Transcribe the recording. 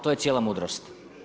To je cijela mudrost.